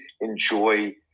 enjoy